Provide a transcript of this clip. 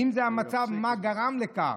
ואם זה המצב, מה גרם לכך?